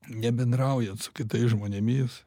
nebendraujant su kitais žmonėmis